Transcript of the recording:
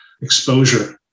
exposure